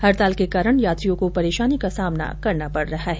हडताल के कारण यात्रियों को परेशानी का सामना करना पड रहा है